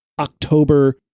October